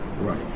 Right